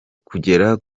kugera